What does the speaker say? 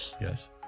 yes